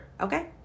okay